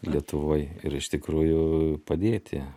lietuvoj ir iš tikrųjų padėti